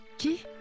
Qui